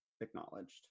acknowledged